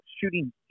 shooting